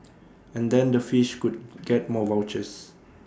and then the fish could get more vouchers